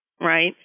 right